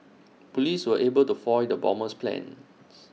Police were able to foil the bomber's plans